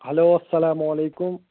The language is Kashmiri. ہیٚلو اَسلامُ علیکُم